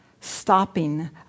stopping